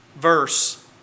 verse